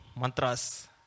mantras